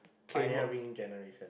pioneer ring generation